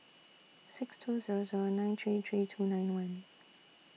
six two Zero Zero nine three three two nine one